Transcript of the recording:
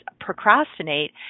procrastinate